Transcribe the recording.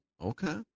Okay